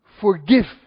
forgive